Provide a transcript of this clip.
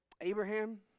Abraham